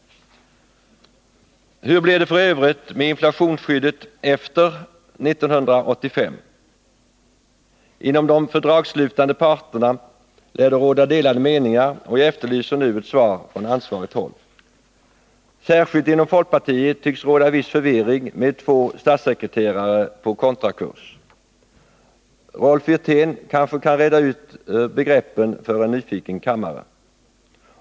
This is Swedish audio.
Hur blir det f. ö. med inflationsskyddet efter 1985? Inom de fördragsslutande partierna lär det råda delade meningar, och jag efterlyser nu ett svar från ansvarigt håll. Särskilt inom folkpartiet tycks det råda viss förvirring, med två statssekreterare på kontrakurs. Rolf Wirtén kanske kan reda ut begreppen för en nyfiken kammare.